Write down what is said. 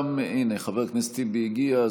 הינה, חבר הכנסת טיבי הגיע.